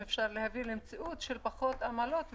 אם אפשר להביא למציאות של פחות עמלות וריביות,